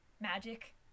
magic